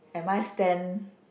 am I stand